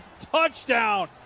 Touchdown